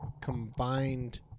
combined